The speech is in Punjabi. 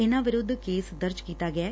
ਇਨ੍ਹਾਂ ਵਿਰੁੱਧ ਕੇਸ ਦਰਜ ਕਤਿਾ ਗਿਐ